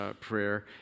Prayer